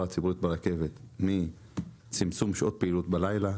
הציבורית ברכבת: צמצום שעות הפעילות בלילה,